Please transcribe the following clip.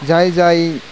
जाय जाय